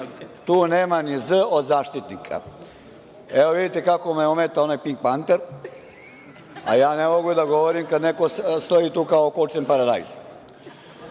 tu nema ni „z“ od zaštitnika. Evo, vidite kako me ometa onaj „Pink Panter“, a ja ne mogu da govorim kada neko stoji tu kao okočen paradajz. To